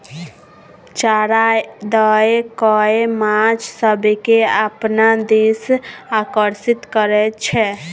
चारा दए कय माछ सभकेँ अपना दिस आकर्षित करैत छै